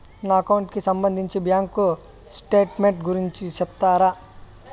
నా అకౌంట్ కి సంబంధించి బ్యాంకు స్టేట్మెంట్ గురించి సెప్తారా